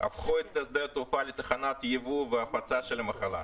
הפכו את שדה התעופה לתחנת ייבוא והפצה של המחלה.